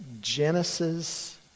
Genesis